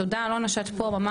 תודה שאת פה.